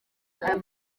ayo